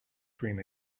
dream